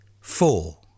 four